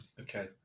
Okay